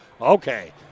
okay